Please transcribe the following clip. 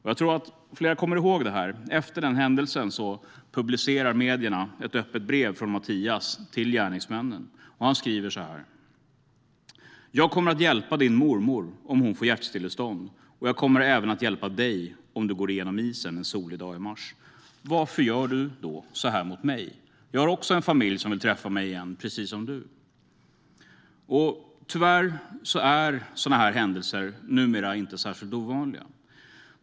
Jag tror att flera kommer ihåg det här, för efter händelsen publicerade medierna ett öppet brev från Mattias till gärningsmännen. Han skriver så här: "Jag kommer att hjälpa din mormor om hon får hjärtstillestånd och jag kommer även att hjälpa DIG om du går igenom isen en solig dag i mars. Varför gör du så här mot mig? Jag har också en familj som vill träffa mig igen, precis som du!" Tyvärr är sådana här händelser numera inte särskilt ovanliga.